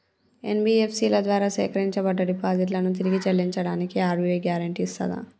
NBFC ల ద్వారా సేకరించబడ్డ డిపాజిట్లను తిరిగి చెల్లించడానికి ఆర్.బి.ఐ గ్యారెంటీ ఇస్తదా?